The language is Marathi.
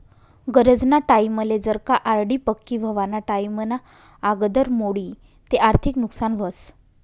गरजना टाईमले जर का आर.डी पक्की व्हवाना टाईमना आगदर मोडी ते आर्थिक नुकसान व्हस